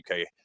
UK